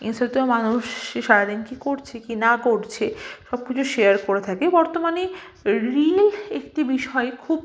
ইন্সটাতেও মানুষ সে সারা দিন কী করছে কী না করছে সব কিছু শেয়ার করে থাকে বর্তমানে রিল একটি বিষয় খুব